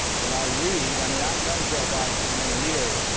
what i read i mean i've known joe biden for many years,